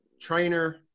trainer